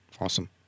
awesome